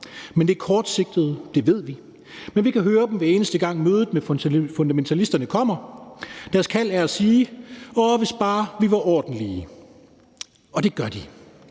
Men det er kortsigtet; det ved vi. Vi kan høre dem, hver eneste gang mødet med fundamentalisterne kommer. Deres kald er at sige: Åh, hvis bare vi var ordentlige. Hvis bare